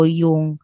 yung